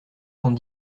cent